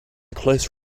close